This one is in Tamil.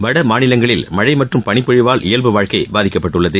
வட மாநிலங்களில் மழை மற்றும் பனிப்பொழிவால் இயல்பு வாழ்க்கை பாதிக்கப்பட்டுள்ளது